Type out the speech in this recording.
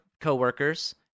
coworkers